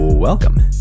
Welcome